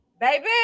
baby